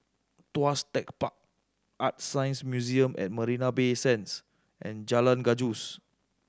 Tuas Tech Park ArtScience Museum at Marina Bay Sands and Jalan Gajus